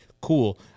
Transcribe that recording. cool